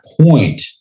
point